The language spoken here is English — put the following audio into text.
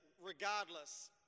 regardless